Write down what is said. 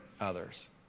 others